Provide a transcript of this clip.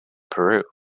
peru